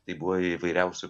tai buvo įvairiausių